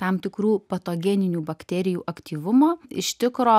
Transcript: tam tikrų patogeninių bakterijų aktyvumo iš tikro